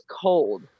cold